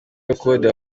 y’ubukode